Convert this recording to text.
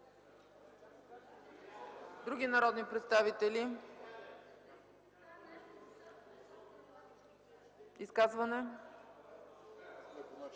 Други народни представители за изказване?